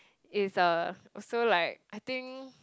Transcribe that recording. it's a also like I think